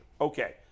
Okay